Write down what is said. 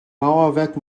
mauerwerk